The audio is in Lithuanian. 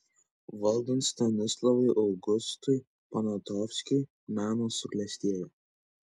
valdant stanislovui augustui poniatovskiui menas suklestėjo